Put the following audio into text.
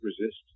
resist